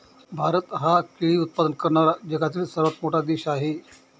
भारत हा केळी उत्पादन करणारा जगातील सर्वात मोठा देश आहे